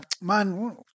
man